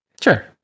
Sure